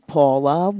Paula